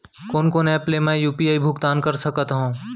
कोन कोन एप ले मैं यू.पी.आई भुगतान कर सकत हओं?